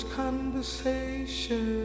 conversation